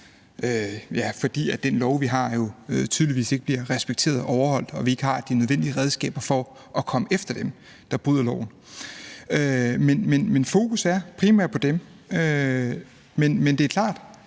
fordi den lov, vi har, tydeligvis ikke bliver respekteret og overholdt og vi ikke har de nødvendige redskaber til at komme efter dem, der bryder loven. Fokus er primært på dem, men det er klart,